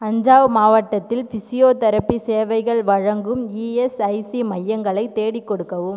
அஞ்சாவ் மாவட்டத்தில் ஃபிசியோதெரபி சேவைகள் வழங்கும் இஎஸ்ஐசி மையங்களைத் தேடிக் கொடுக்கவும்